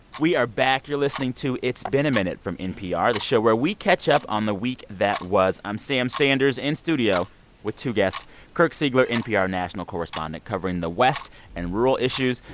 we are back. you're listening to it's been a minute from npr, the show where we catch up on the week that was. i'm sam sanders in studio with two guests kirk siegler, npr national correspondent covering the west and rural issues,